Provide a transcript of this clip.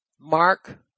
Mark